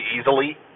easily